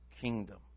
kingdom